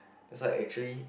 that's why actually